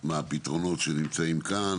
מה הפתרונות שנמצאים כאן?